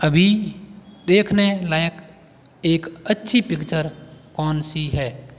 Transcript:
अभी देखने लायक एक अच्छी पिक्चर कौन सी है